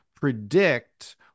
predict